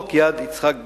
חוק יד יצחק בן-צבי,